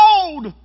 old